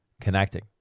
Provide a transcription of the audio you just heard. connecting